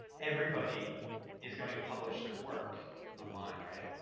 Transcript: everybody is going to publish their work online, right?